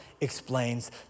explains